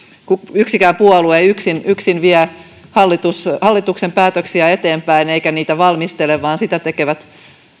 yksikään puolue ei yksin yksin vie hallituksen päätöksiä eteenpäin eikä niitä valmistele vaan sitä tekevät